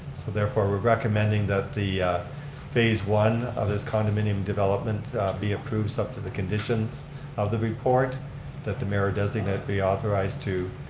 so therefore we're recommending that the phase one of this condominium development be approved sup to the conditions of the report that the mayor designate be authorized to